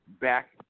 back